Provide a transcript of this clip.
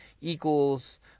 equals